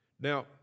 Now